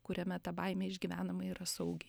kuriame ta baimė išgyvenama yra saugi